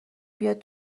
بیاد